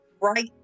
right